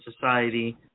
society